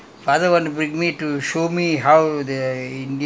that [one] was the family people lah then I